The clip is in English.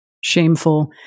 shameful